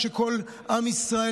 שכל הזמן